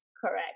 Correct